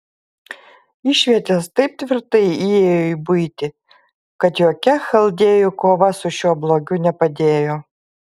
išvietės taip tvirtai įėjo į buitį kad jokia chaldėjų kova su šiuo blogiu nepadėjo